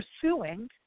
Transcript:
pursuing